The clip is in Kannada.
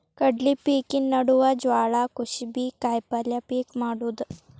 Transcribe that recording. ಕಡ್ಲಿ ಪಿಕಿನ ನಡುವ ಜ್ವಾಳಾ, ಕುಸಿಬಿ, ಕಾಯಪಲ್ಯ ಪಿಕ್ ಮಾಡುದ